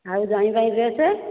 ଆଉ ଜ୍ୱାଇଁ ପାଇଁ ଡ୍ରେସ୍